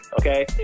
okay